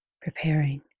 Preparing